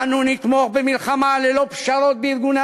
אנו נתמוך במלחמה ללא פשרות בארגוני